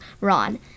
Ron